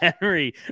Henry